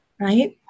right